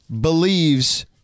believes